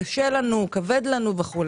קשה לנו, כבד לנו וכולי.